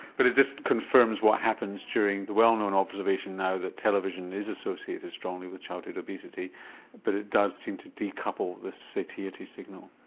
but it just confirms what happens during the well known observation now that television is associated strongly with childhood obesity but it does seem to de-couple the satiety signal.